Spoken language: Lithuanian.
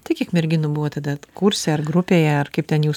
tai kiek merginų buvo tada kurse ar grupėje ar kaip ten jūs